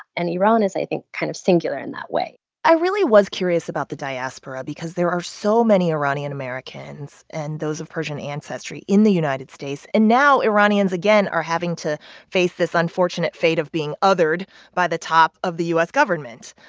and iran is, i think, kind of singular in that way i really was curious about the diaspora because there are so many iranian americans and those of persian ancestry in the united states. and now iranians again are having to face this unfortunate fate of being othered by the top of the u s. government.